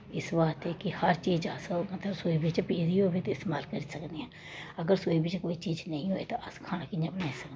इस बास्तै कि हर चीज अस मतलब रसोई बिच्च पेदी होऐ ते इस्तमाल करी सकने आं अगर रसोई बिच्च कोई चीज नेईं होऐ ते अस खाना कि'यां बनाई सकने आं